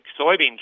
soybean